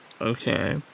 Okay